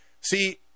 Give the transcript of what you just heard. see